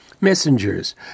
messengers